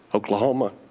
oklahoma,